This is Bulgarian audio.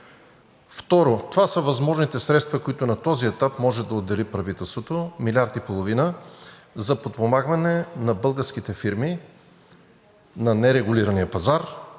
Второ, това са възможните средства, които на този етап може да отдели правителството – 1,5 млрд. лв. за подпомагане на българските фирми на нерегулирания пазар,